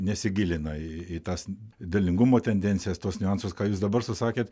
nesigilina į į tas derlingumo tendencijas tuos niuansus ką jūs dabar susakėt